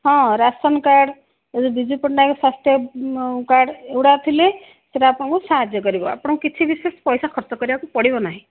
ହଁ ration card Biju Patnaik ସ୍ୱାସ୍ଥ୍ୟ card ଏଗୁଡ଼ାକ ଥିଲେ ସେଟା ଆପଣଙ୍କୁ ସାହାଯ୍ୟ କରିବ ଆପଣ କିଛି ବିଶେଷ ପଇସା ଖର୍ଚ୍ଚ କରିବାକୁ ପଡ଼ିବ ନାହିଁ